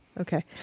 Okay